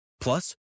Plus